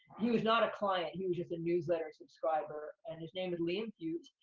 he was not a client. he was just a newsletter subscriber, and his name was liam hughes,